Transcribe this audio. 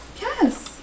Yes